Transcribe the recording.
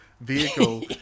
vehicle